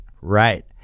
right